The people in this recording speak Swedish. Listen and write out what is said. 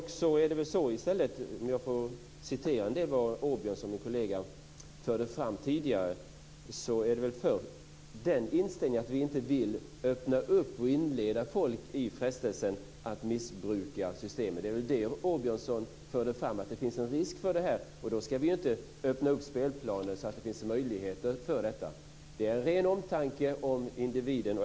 När det gäller vad min kollega Åbjörnsson förde fram tidigare är väl vår inställning snarast att vi inte vill inleda folk i frestelsen att missbruka systemet. Det Åbjörnsson förde fram var att det finns en risk för det, och då ska vi inte öppna spelplanen så att det finns möjligheter för detta. Det är ren omtanke om individen.